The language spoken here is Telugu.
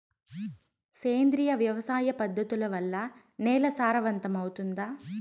సేంద్రియ వ్యవసాయ పద్ధతుల వల్ల, నేల సారవంతమౌతుందా?